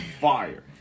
fire